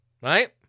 right